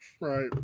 Right